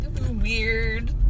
Weird